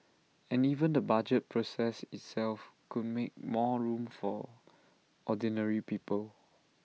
and even the budget process itself could make more room for ordinary people